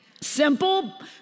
Simple